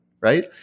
right